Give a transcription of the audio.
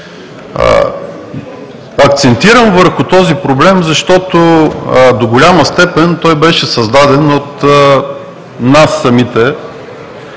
Акцентирам върху този проблем, защото до голяма степен той беше създаден от нас самите